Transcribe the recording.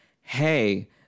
hey